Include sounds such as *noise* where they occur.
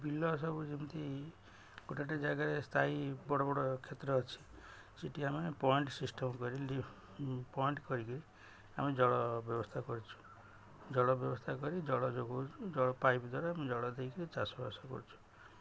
ବିଲ ସବୁ ଯେମିତି ଗୋଟେ ଗୋଟେ ଜାଗାରେ ସ୍ଥାୟୀ ବଡ଼ ବଡ଼ କ୍ଷେତ୍ର ଅଛି ସେଠି ଆମେ ପଏଣ୍ଟ ସିଷ୍ଟମ କରି *unintelligible* ପଏଣ୍ଟ କରିକି ଆମେ ଜଳ ବ୍ୟବସ୍ଥା କରିଛୁ ଜଳ ବ୍ୟବସ୍ଥା କରି ଜଳ ଯୋଗାଉଛୁ ଜଳ ପାଇପ୍ ଦ୍ୱାରା ଆମେ ଜଳ ଦେଇକି ଚାଷବାସ କରୁଛୁ